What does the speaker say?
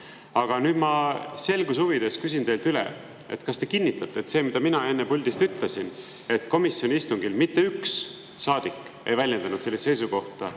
nüüd ma selguse huvides küsin teilt üle: kas te kinnitate, et see, mida mina enne puldist ütlesin, et komisjoni istungil mitte üks saadik ei väljendanud sellist seisukohta,